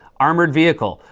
armored vehicle.